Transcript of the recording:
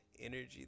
energy